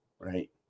right